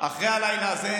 אחרי הלילה הזה,